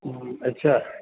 हम्म अच्छा